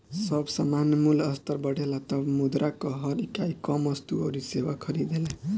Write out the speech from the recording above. जब सामान्य मूल्य स्तर बढ़ेला तब मुद्रा कअ हर इकाई कम वस्तु अउरी सेवा खरीदेला